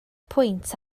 pwynt